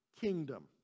kingdom